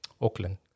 Auckland